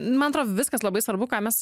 man atrodo viskas labai svarbu ką mes